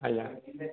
ଆଜ୍ଞା